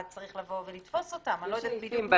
צריך לבוא ולתפוס אותם -- זה בהמשך,